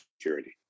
security